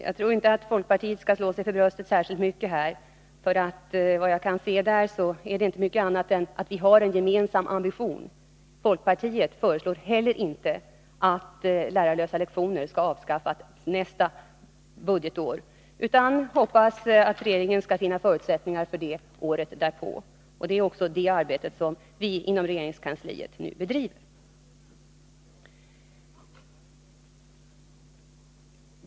Jag tror inte att folkpartiet skall slå sig för bröstet särskilt mycket här, för det är inte, vad jag kan se, fråga om mycket annat än att vi har en gemensam ambition. Folkpartiet föreslår inte att lärarlösa lektioner skall avskaffas nästa budgetår utan hoppas att regeringen skall finna förutsättningar för det året därpå. Det är också ett sådant arbete som vi inom regeringskansliet nu bedriver.